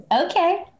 Okay